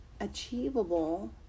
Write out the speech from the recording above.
achievable